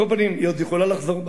היא עוד יכולה לחזור בה.